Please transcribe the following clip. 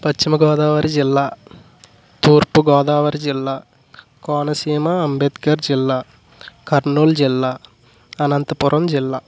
పశ్చిమ గోదావరి జిల్లా తూర్పు గోదావరి జిల్లా కోనసీమ అంబేద్కర్ జిల్లా కర్నూలు జిల్లా అనంతపురం జిల్లా